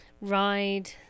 ride